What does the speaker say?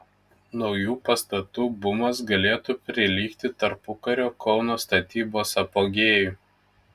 naujų pastatų bumas galėtų prilygti tarpukario kauno statybos apogėjui